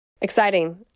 Exciting